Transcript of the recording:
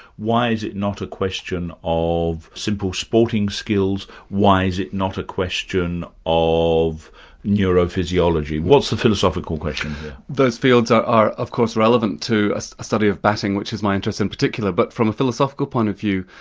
why is it not a question of simple sporting skills, why is it not a question of neurophysiology. what's the philosophical question there? those fields are are of course relevant to a a study of batting, which is my interest in particular, but from a philosophical point of view,